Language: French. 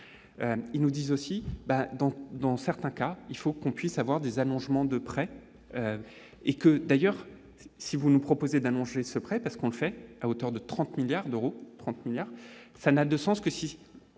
ils nous disent aussi dans, dans certains cas, il faut qu'on puisse avoir des allongements de près et que d'ailleurs si vous nous proposez d'annoncer ce prêt parce qu'on le fait à hauteur de 30 milliards d'euros, 30 milliards, ça n'a de sens que si